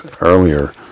earlier